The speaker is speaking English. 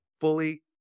fully